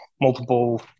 multiple